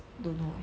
don't know